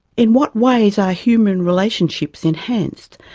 in what ways are human relationships enhanced,